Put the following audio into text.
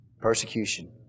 persecution